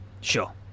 Sure